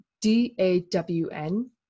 d-a-w-n